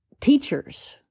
teachers